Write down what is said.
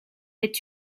est